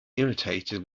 irritated